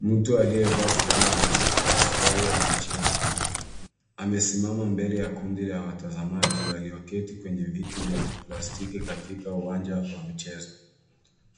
Mtu aliyevaa fulana ya buluu na suruali ya michezo amesimama mbele ya kundi la watazamaji walioketi kwenye viti vya plastiki katika uwanja wa michezo.